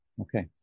Okay